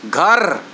گھر